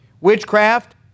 Witchcraft